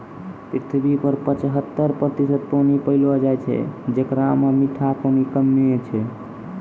पृथ्वी पर पचहत्तर प्रतिशत पानी पैलो जाय छै, जेकरा म मीठा पानी कम्मे छै